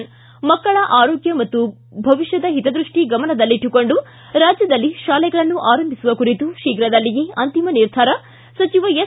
ಿ ಮಕ್ಕಳ ಆರೋಗ್ಯ ಹಾಗೂ ಭವಿಷ್ಠದ ಹಿತದೃಷ್ಟಿ ಗಮನದಲ್ಲಿಟ್ಟುಕೊಂಡು ರಾಜ್ಯದಲ್ಲಿ ತಾಲೆಗಳನ್ನು ಆರಂಭಿಸುವ ಕುರಿತು ಶೀಘ್ರದಲ್ಲಿಯೇ ಅಂತಿಮ ನಿರ್ಧಾರ ಸಚಿವ ಎಸ್